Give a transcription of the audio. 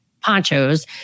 ponchos